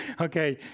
okay